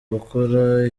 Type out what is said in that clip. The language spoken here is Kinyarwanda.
gukora